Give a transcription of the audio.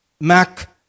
Mac